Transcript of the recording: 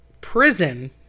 prison